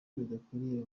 bidakwiriye